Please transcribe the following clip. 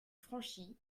franchies